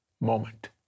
moment